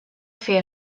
fer